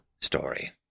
story